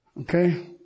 Okay